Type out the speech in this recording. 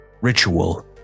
ritual